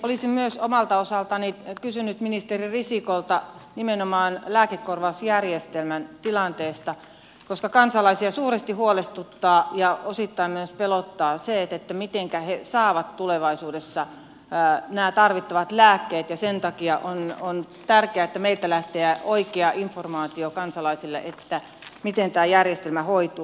olisin myös omalta osaltani kysynyt ministeri risikolta nimenomaan lääkekorvausjärjestelmän tilanteesta koska kansalaisia suuresti huolestuttaa ja osittain myös pelottaa se mitenkä he saavat tulevaisuudessa nämä tarvittavat lääkkeet ja sen takia on tärkeää että meiltä lähtee oikea informaatio kansalaisille siitä miten tämä järjestelmä hoituu